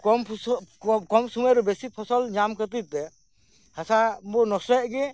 ᱠᱚᱢ ᱥᱚᱢᱚᱭ ᱨᱮ ᱵᱮᱥᱤ ᱯᱷᱚᱥᱚᱞ ᱧᱟᱢ ᱠᱷᱟᱹᱛᱤᱨ ᱛᱮ ᱦᱟᱥᱟ ᱢᱟᱵᱚᱱ ᱱᱚᱥᱴᱚᱭᱮᱫ ᱜᱮ